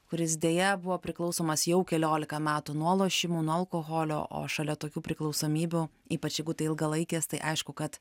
kuris deja buvo priklausomas jau keliolika metų nuo lošimų nuo alkoholio o šalia tokių priklausomybių ypač jeigu tai ilgalaikės tai aišku kad